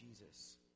Jesus